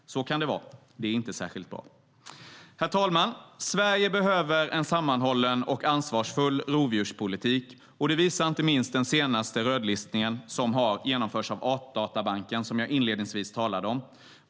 Så kan det vara. Det är inte särskilt bra. Herr talman! Sverige behöver en sammanhållen och ansvarsfull rovdjurspolitik. Det visar inte minst den senaste rödlistningen, som har genomförts av Artdatabanken, som jag inledningsvis talade om.